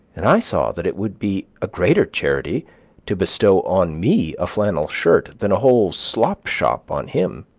and i saw that it would be a greater charity to bestow on me a flannel shirt than a whole slop-shop on him.